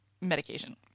medication